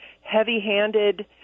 heavy-handed